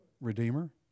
Redeemer